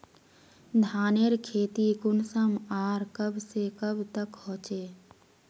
धानेर खेती कुंसम आर कब से कब तक होचे?